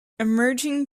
emerging